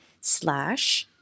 slash